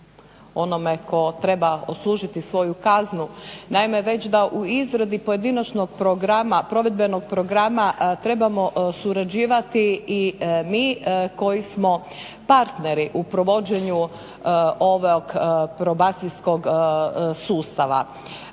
onome tko treba odslužiti svoju kaznu. Naime, već da u izradi pojedinačnog provedbenog programa trebamo surađivati i mi koji smo partneri u provođenju ovog probacijskog sustava.